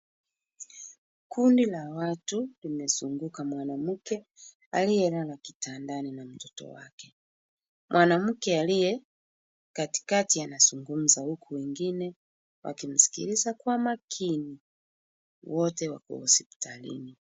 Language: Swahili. Kundi la watu limezunguka mwanamke aliyelala kitandani na mtoto wake. Mwanamke aliye katikati anazungumza huku wengine wakimsikiliza kwa makini. Wote wako hospitalini.